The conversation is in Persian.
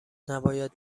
نباید